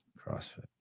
CrossFit